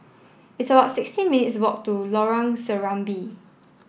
it's about sixteen minutes' walk to Lorong Serambi